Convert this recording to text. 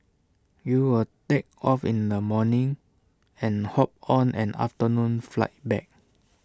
you will take off in the morning and hop on an afternoon flight back